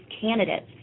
candidates